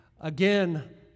again